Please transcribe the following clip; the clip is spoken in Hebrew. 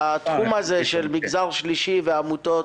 של מגזר שלישי ועמותות,